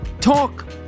talk